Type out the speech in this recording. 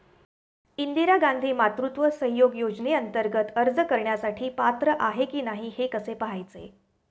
इंदिरा गांधी मातृत्व सहयोग योजनेअंतर्गत अर्ज करण्यासाठी पात्र आहे की नाही हे कसे पाहायचे?